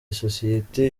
isosiyete